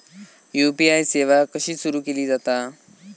UPI सेवा कशी सुरू केली जाता?